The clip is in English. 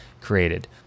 created